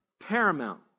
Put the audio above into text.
paramount